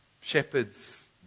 shepherds